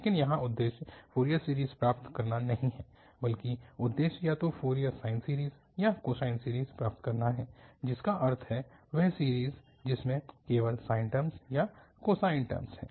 लेकिन यहाँ उद्देश्य फ़ोरियर सीरीज़ प्राप्त करना नहीं है बल्कि उद्देश्य या तो फ़ोरियर साइन सीरीज़ या कोसाइन सीरीज़ प्राप्त करना है जिसका अर्थ है वह सीरीज़ जिसमें केवल साइन टर्मस या कोसाइन टर्मस हैं